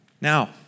Now